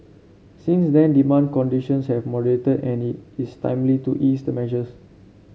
since then demand conditions have moderated and it is timely to ease the measures